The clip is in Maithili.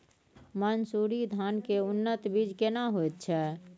मन्सूरी धान के उन्नत बीज केना होयत छै?